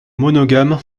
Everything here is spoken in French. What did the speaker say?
monogame